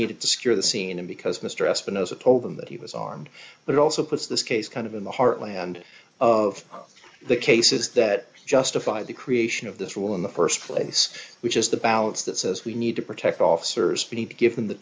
needed to secure the scene and because mr espinosa told them that he was armed but also puts this case kind of in the heartland of the cases that justify the creation of this rule in the st place which is the balance that says we need to protect officers we need to give them the